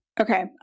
Okay